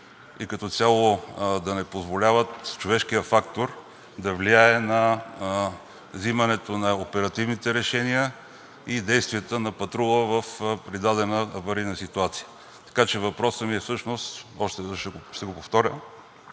и като цяло да не позволяват човешкият фактор да влияе на взимането на оперативните решения и действията на патрула при дадена аварийна ситуация? Така че въпросът ми е всъщност, още веднъж ще го повторя: